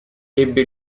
ebbe